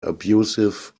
abusive